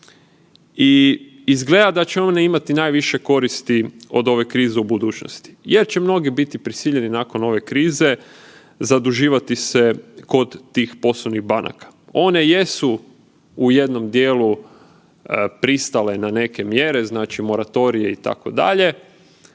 i izgleda da će one imati najviše koristi od ove krize u budućnosti jer će mnogi biti prisiljeni nakon ove krize zaduživati se kod tih poslovnih banaka. One jesu u jednom dijelu pristale na neke mjere, znači moratorije, itd., ali